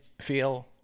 feel